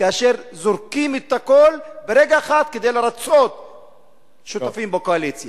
כאשר זורקים את הכול ברגע אחד כדי לרצות שותפים בקואליציה?